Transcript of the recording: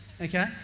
Okay